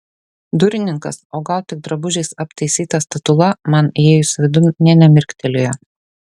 durininkas o gal tik drabužiais aptaisyta statula man įėjus vidun nė nemirktelėjo